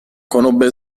conobbe